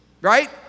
right